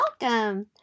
welcome